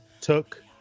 took